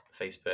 Facebook